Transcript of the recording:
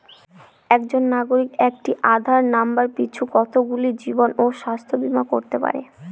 একজন নাগরিক একটি আধার নম্বর পিছু কতগুলি জীবন ও স্বাস্থ্য বীমা করতে পারে?